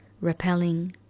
repelling